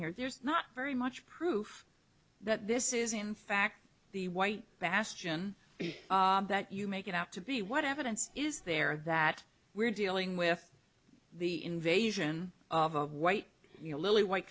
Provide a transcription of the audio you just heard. here there's not very much proof that this is in fact the white bastion that you make it out to be what evidence is there that we're dealing with the invasion of a white you know lily white